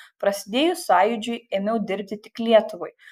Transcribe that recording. prasidėjus sąjūdžiui ėmiau dirbti tik lietuvai